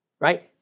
Right